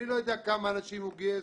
אני לא יודע כמה אנשים הוא גייס